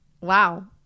Wow